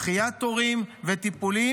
דחיית תורים וטיפולים,